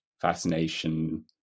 fascination